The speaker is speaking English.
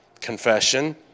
Confession